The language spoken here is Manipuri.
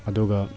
ꯑꯗꯨꯒ